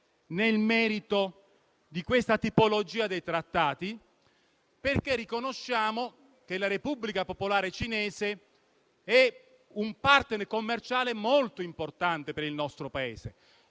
nel merito di questa tipologia dei trattati; riconosciamo infatti che la Repubblica popolare cinese è un *partner* commerciale molto importante per il nostro Paese,